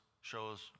shows